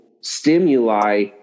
stimuli